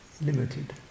limited